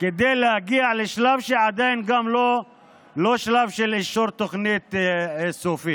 כדי להגיע לשלב שגם הוא עדיין לא שלב של אישור תוכנית סופית.